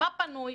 מה פנוי,